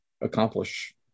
accomplish